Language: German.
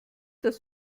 das